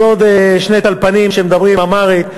אז עוד שני טלפנים שמדברים אמהרית,